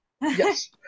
Yes